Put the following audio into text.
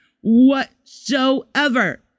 whatsoever